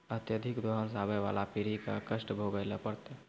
अत्यधिक दोहन सें आबय वाला पीढ़ी क कष्ट भोगै ल पड़तै